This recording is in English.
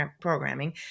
programming